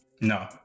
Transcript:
No